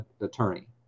attorney